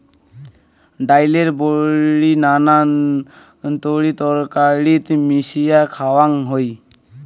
ডাইলের বড়ি নানান তরিতরকারিত মিশিয়া খাওয়াং হই